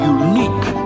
unique